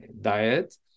diet